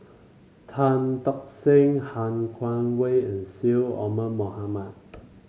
Tan Tock Seng Han Guangwei and Syed Omar Mohamed